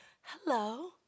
hello